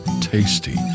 tasty